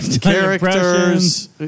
characters